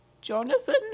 Jonathan